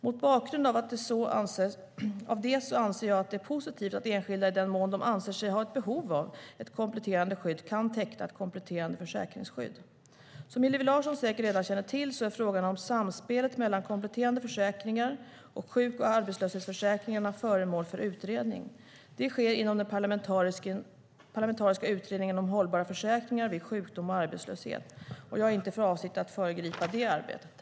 Mot bakgrund av det anser jag att det är positivt att enskilda, i den mån de anser sig ha ett behov av ett kompletterande skydd, kan teckna ett kompletterande försäkringsskydd. Som Hillevi Larsson säkert redan känner till är frågan om samspelet mellan kompletterande försäkringar och sjuk och arbetslöshetsförsäkringarna föremål för utredning. Det sker inom den parlamentariska utredningen om hållbara försäkringar vid sjukdom och arbetslöshet, och jag har inte för avsikt att föregripa det arbetet.